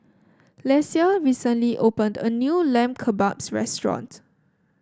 Lesia recently opened a new Lamb Kebabs restaurant